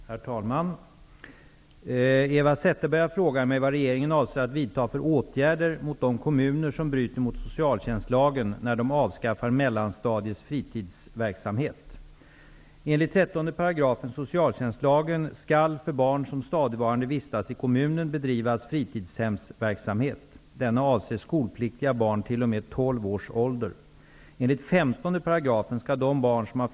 Herr talman! Eva Zetterberg har frågat mig vad regeringen avser att vidta för åtgärder mot de kommuner som bryter mot socialtjänstlagen, när de avskaffar mellanstadiets fritidsverksamhet.